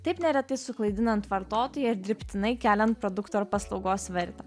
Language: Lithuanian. taip neretai suklaidinant vartotoją ir dirbtinai kelian produkto ar paslaugos vertę